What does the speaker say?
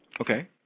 Okay